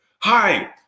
hi